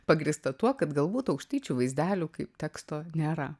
pagrįsta tuo kad galbūt aukštaičių vaizdelių kaip teksto nėra